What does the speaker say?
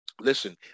Listen